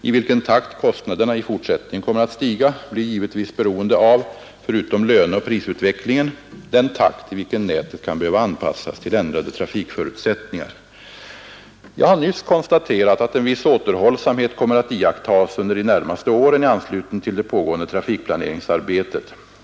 I vilken takt kostnaderna i fortsättningen kommer att stiga blir givetvis beroende av — förutom löneoch prisutvecklingen — den takt i vilken nätet kan behöva anpassas till ändrade trafikförutsättningar. Jag har nyss konstaterat, att en viss återhållsamhet kommer att iakttas under de närmaste åren i anslutning till det pågående trafikplaneringsarbetet.